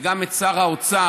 וגם את שר האוצר,